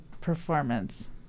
performance